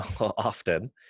often